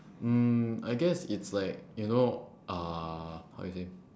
mm I guess it's like you know uh how you say